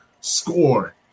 score